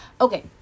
Okay